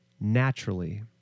naturally